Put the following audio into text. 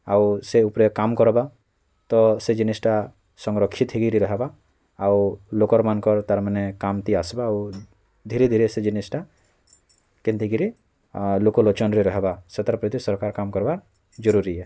ଆଉ ସେ ଉପରେ କାମ୍ କର୍ବା ତ ସେ ଜିନିଷ୍ଟା ସଂରକ୍ଷିତ ହେଇକରି ରହେବା ଆଉ ଲୋକର୍ ମାନଙ୍କର୍ ତାର୍ ମାନେ କାମ୍ଥି ଆସ୍ବା ଆଉ ଧୀରେ ଧୀରେ ସେ ଜିନିଷ୍ଟା କେନ୍ତି କିରି ଲୋକଲୋଚନ୍ରେ ରହେବା ସେଥିର୍ ପ୍ରତି ସରକାର୍ କାମ୍ କର୍ବା ଜରୁରୀ ଏ